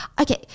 Okay